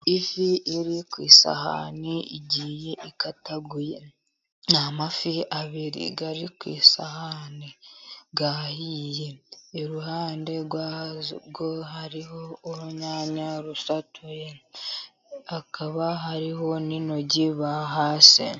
Ifi iri ku isahani igiye ikataguye. Ni amafi abiri ari ku isahani yahiye. Iruhande rwayo hariho urunyanya rusatuye, hakaba hariho n'intoryi bahase.